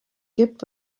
gibt